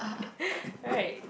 right